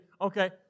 Okay